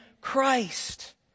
Christ